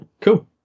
cool